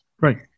right